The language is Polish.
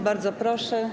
Bardzo proszę.